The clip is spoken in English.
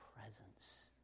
presence